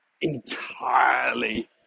entirely